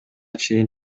чейин